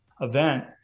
event